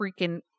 freaking